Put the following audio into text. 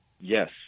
Yes